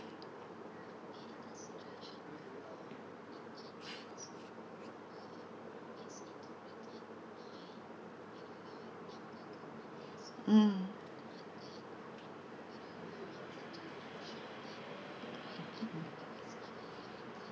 mm